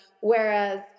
Whereas